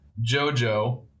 Jojo